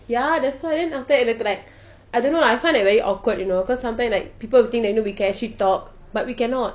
ya that's why then after that they will be like I don't know lah I find like very awkward you know cause sometimes like people will think that nobody can actually talk but we cannot